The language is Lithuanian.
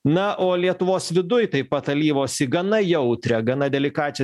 na o lietuvos viduj taip pat alyvos į gana jautrią gana delikačią